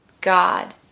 God